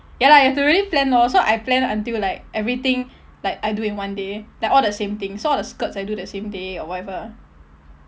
ya lah you have to really plan orh so I plan until like everything like I do in one day like all the same thing so all the skirts I do the same day or whatever